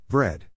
Bread